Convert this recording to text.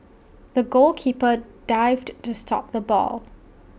the goalkeeper dived to stop the ball